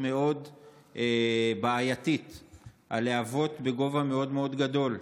מאוד בעייתי, הלהבות בגובה מאוד גדול.